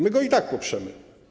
My go i tak poprzemy.